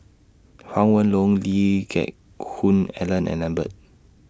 Huang Lee Geck Hoon Ellen and Lambert